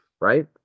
Right